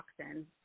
toxin